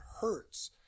hurts